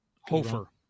Hofer